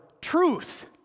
truth